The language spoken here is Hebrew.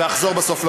ואחזור בסוף לתודות.